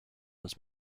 was